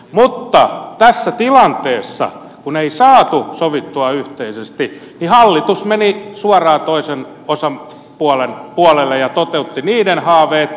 mutta tässä tilanteessa kun ei saatu sovittua yhteisesti hallitus meni suoraan toisen osapuolen puolelle ja toteutti niiden haaveet